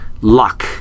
luck